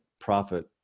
profit